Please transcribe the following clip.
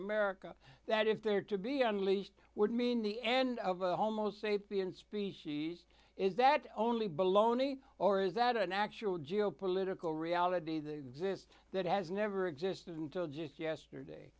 america that if they are to be unleashed would mean the end of a homosapien species is that only baloney or is that an actual geopolitical reality the exist that has never existed until just yesterday